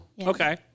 Okay